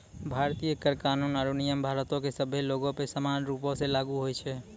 भारतीय कर कानून आरु नियम भारतो के सभ्भे लोगो पे समान रूपो से लागू होय छै